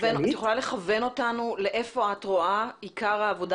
את יכולה לכוון אותנו ולומר היכן את רואה את עיקר העבודה